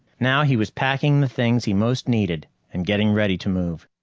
now he was packing the things he most needed and getting ready to move.